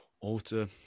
auto